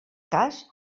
cas